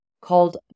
called